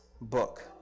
book